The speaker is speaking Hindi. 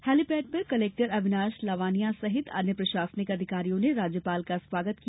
हेलीपैड पर कलेक्टर अविनाश लवानिया सहित अन्य प्रशासनिक अधिकारियों ने राज्यपाल का स्वागत किया